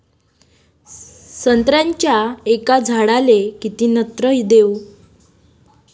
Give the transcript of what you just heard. संत्र्याच्या एका झाडाले किती नत्र देऊ?